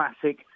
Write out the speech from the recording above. classic